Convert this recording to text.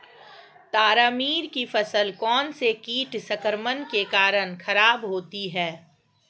तारामीरा की फसल कौनसे कीट संक्रमण के कारण खराब होती है?